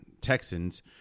Texans